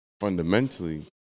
fundamentally